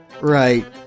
Right